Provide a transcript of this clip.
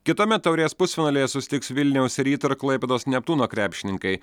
kitame taurės pusfinalyje susitiks vilniaus ryto ir klaipėdos neptūno krepšininkai